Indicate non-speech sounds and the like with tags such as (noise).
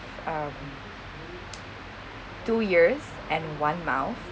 um (noise) two ears and one mouth